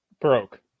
Broke